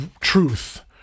truth